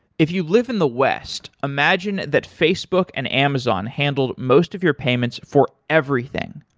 if you live in the west, imagine that facebook and amazon handled most of your payments for everything.